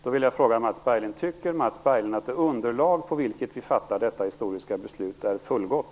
Då vill jag fråga Mats Berglind om han tycker att det underlag på vilket vi fattar detta historiska beslut är fullgott.